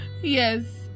Yes